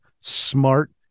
smart